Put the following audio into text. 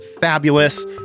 fabulous